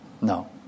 No